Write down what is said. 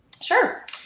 Sure